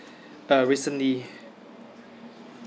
uh recently